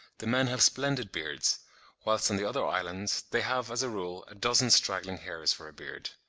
the men have splendid beards whilst on the other islands they have, as a rule, a dozen straggling hairs for a beard.